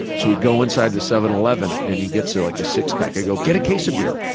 so we go inside the seven eleven and he gets ah like a six-pack. i go, get a case of beer!